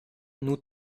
nous